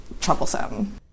troublesome